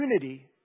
unity